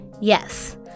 yes